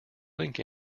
link